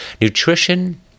nutrition